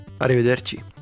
Arrivederci